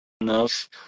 enough